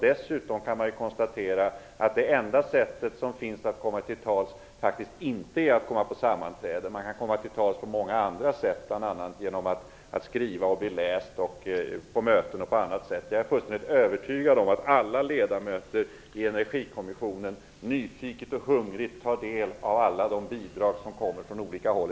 Dessutom finns det anledning att nämna att det enda sättet att komma till tals faktiskt inte är att vara med på sammanträden. Man kan komma till tals på många andra sätt, bl.a. genom att skriva och bli läst. Jag är fullständigt övertygad om att alla ledamöter i Energikommissionen nyfiket och hungrigt tar del av alla de bidrag som kommer från olika håll.